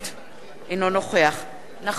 אינו נוכח נחמן שי,